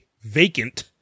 vacant